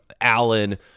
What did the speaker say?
Allen